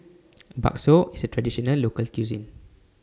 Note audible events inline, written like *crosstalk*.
*noise* Bakso IS A Traditional Local Cuisine